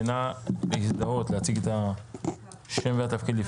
נא להזדהות, להציג שם ותפקיד.